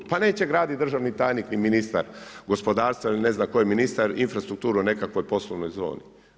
Pa neće graditi državni tajnik i ministar gospodarstva ili ne znam tko je ministar, infrastrukturu u nekakvoj poslovnoj zoni.